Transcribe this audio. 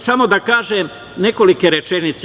Samo da kažem nekoliko rečenica.